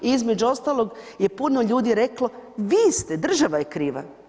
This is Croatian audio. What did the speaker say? I između ostalog je puno ljudi reklo, vi ste, država je kriva.